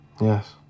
Yes